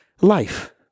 life